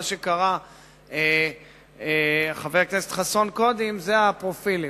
מה שקרא חבר הכנסת חסון קודים, זה הפרופילים.